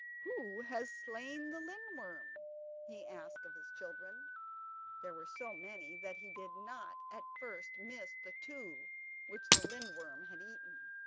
who has slain the lindworm he asked of his children there were so many that he did not at first miss the two which the lindworm had eaten.